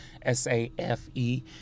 S-A-F-E